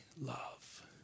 love